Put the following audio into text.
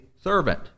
servant